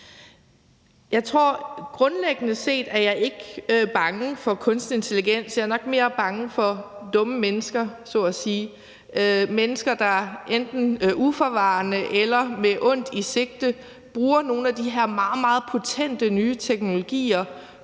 jeg grundlæggende set ikke er bange for kunstig intelligens. Jeg er nok mere bange for dumme mennesker så at sige – mennesker, der enten uforvarende eller med ondt i sinde bruger nogle af de her meget, meget potente nye teknologier